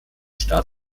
staat